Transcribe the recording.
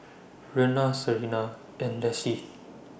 Rena Sarina and Lessie